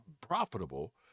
profitable